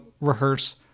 rehearse